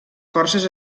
forces